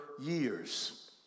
years